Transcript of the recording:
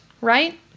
right